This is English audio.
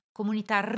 comunità